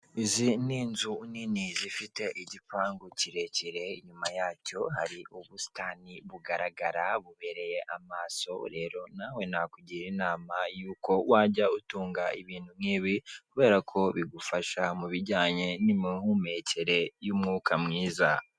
Izi ni inzu nini zifite igipangu kirekire inyuma yacyo hari ubusitani bugaragara bubereye amaso rero nawe nakugira inama yuko wajya utunga ibintu nk'ibi kubera ko bigufasha mu bijyanye n'imihumekere y'umwuka mwiza.